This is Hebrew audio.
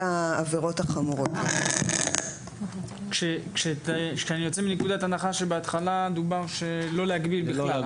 אני יוצא מנקודת הנחה שבהתחלה דובר על לא להגביל בכלל.